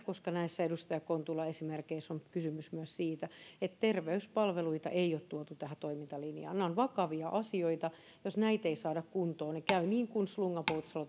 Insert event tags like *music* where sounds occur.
koska näissä edustaja kontulan esimerkeissä on kysymys myös siitä että terveyspalveluita ei ole tuotu tähän toimintalinjaan nämä ovat vakavia asioita jos näitä ei saada kuntoon käy niin kuin slunga poutsalo *unintelligible*